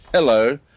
Hello